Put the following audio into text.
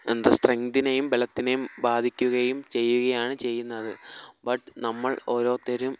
എന്താണ് സ്ട്രെങ്തിനെയും ബലത്തിനെയും ബാധിക്കുകയും ചെയ്യുകയാണ് ചെയ്യുന്നത് ബട്ട് നമ്മൾ ഓരോത്തരും